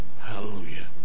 Hallelujah